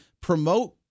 promote